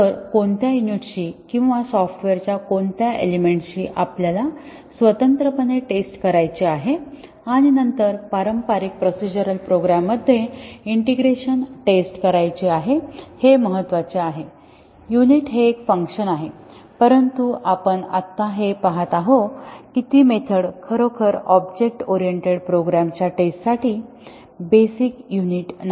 तर कोणत्या युनिट्सची किंवा सॉफ्टवेअरच्या कोणत्या एलेमेंट्सची आपल्याला स्वतंत्रपणे टेस्ट करायची आहे आणि नंतर पारंपारिक प्रोसिजरल प्रोग्राम मध्ये इंटिग्रेशन टेस्ट करायची आहे हे महत्वाचे आहे युनिट हे एक फंक्शन आहे परंतु आपण आत्ता हे पाहणार आहोत की ती मेथड खरोखर ऑब्जेक्ट ओरिएंटेड प्रोग्राम्स च्या टेस्ट साठी बेसिक युनिट नाही